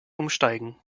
umsteigen